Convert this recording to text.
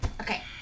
Okay